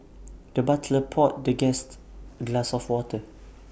the butler poured the guest glass of water